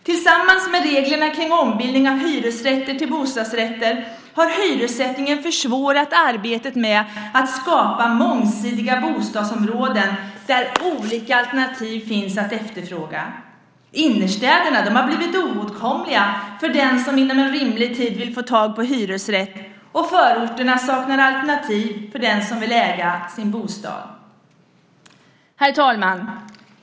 Tillsammans med reglerna för ombildning av hyresrätter till bostadsrätter har hyressättningen försvårat arbetet med att skapa mångsidiga bostadsområden där olika alternativ finns att efterfråga. Innerstäderna har blivit oåtkomliga för den som inom en rimlig tid vill få tag på en hyresrätt. Förorterna saknar alternativ för den som vill äga sin bostad. Herr talman!